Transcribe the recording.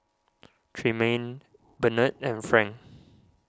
Tremayne Bernard and Frank